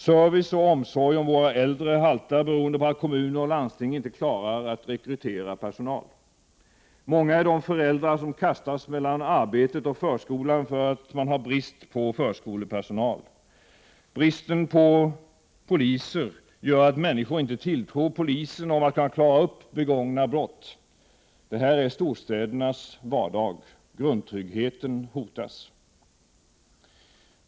Service och omsorg om våra äldre haltar beroende på att kommuner och landsting inte klarar att rekrytera personal. Många är de föräldrar som kastas mellan arbetet och förskolan till följd av brist på förskolepersonal. Bristen på poliser gör att människor inte tilltror polisen om att kunna klara upp begångna brott. Det här är storstädernas vardag. Grundtryggheten hotas.